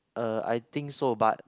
uh I think so but